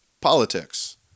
politics